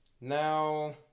Now